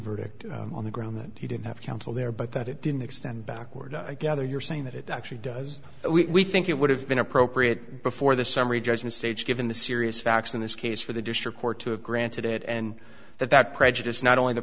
verdict on the ground that he didn't have counsel there but that it didn't extend backward i gather you're saying that it actually does we think it would have been appropriate before the summary judgment stage given the serious facts in this case for the district court to have granted it and that that prejudice not only the